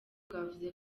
bwavuze